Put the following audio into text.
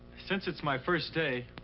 since it's my first day,